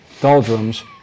doldrums